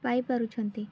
ପାଇପାରୁଛନ୍ତି